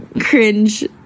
cringe